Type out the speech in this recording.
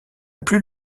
plus